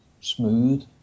smooth